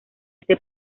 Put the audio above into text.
ese